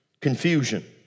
Confusion